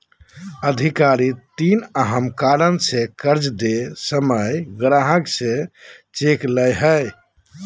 अधिकारी तीन अहम कारण से कर्ज दे समय ग्राहक से चेक ले हइ